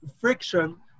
friction